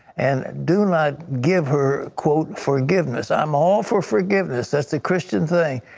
and do not give her, quote, forgiveness. i'm all for forgiveness, that's a christian thing,